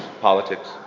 politics